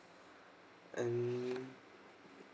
and